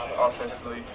offensively